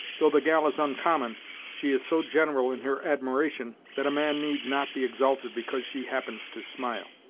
though the gal is oncommon she is so general in her admiration, that a man need not be exalted because she happens to smile.